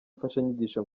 imfashanyigisho